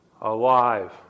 alive